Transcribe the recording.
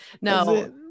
no